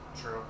true